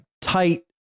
tight